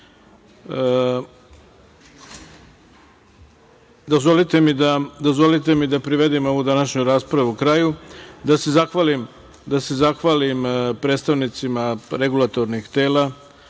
Dozvolite mi da privedem ovu današnju raspravu kraju i da se zahvalim predstavnicima regulatornih tela